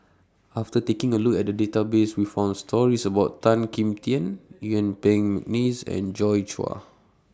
after taking A Look At The Database We found stories about Tan Kim Tian Yuen Peng Mcneice and Joi Chua